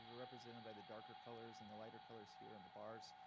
represented by the darker colors and the lighter colors here on the bars,